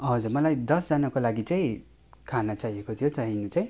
हजुर मलाई दसजनाको लागि चाहिँ खाना चाहिएको थियो चाहिनु चाहिँ